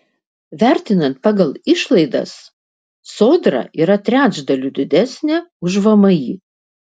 vertinant pagal išlaidas sodra yra trečdaliu didesnė už vmi